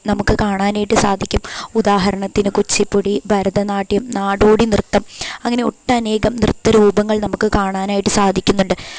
നമുക്ക് കാണാനായിട്ട് സാധിക്കും ഉദാഹരണത്തിന് കുച്ചിപ്പുടി ഭരതനാട്യം നാടോടി നൃത്തം അങ്ങനെ ഒട്ടനേകം നൃത്ത രൂപങ്ങൾ നമുക്ക് കാണാനായിട്ട് സാധിക്കുന്നുണ്ട്